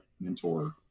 mentor